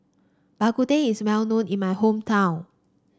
Bak Kut Teh is well known in my hometown